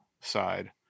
side